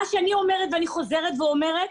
מה שאני אומרת, חוזרת ואומרת,